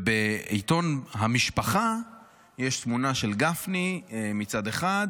ובעיתון משפחה יש תמונה של גפני מצד אחד,